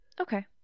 Okay